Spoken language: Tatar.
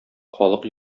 халык